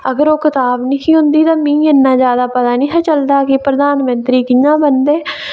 अगर ओह् कताब निं ही होंदी ते मिगी इन्ना जैदा पता निं हा चलदा की प्रधानमंत्री कि'यां बनदे